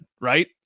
right